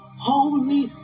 Holy